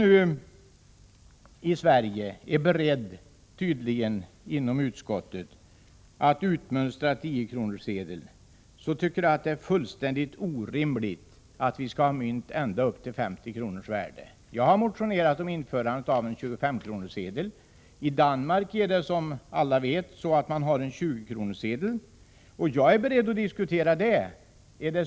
Utskottet är tydligen berett att utmönstra 10-kronorssedeln. Men jag tycker att det är fullständigt orimligt att vi skall ha mynt ända upp till 50 kronors värde. Jag har motionerat om införandet av en 25-kronorssedel. I Danmark har man som alla vet en 20-kronorssedel. Jag är beredd att även diskutera en sådan.